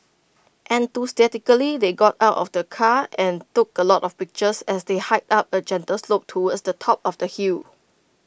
enthusiastically they got out of the car and took A lot of pictures as they hiked up A gentle slope towards the top of the hill